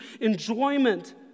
enjoyment